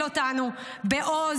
ועוד